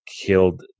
killed